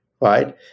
right